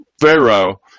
Pharaoh